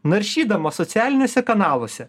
naršydama socialiniuose kanaluose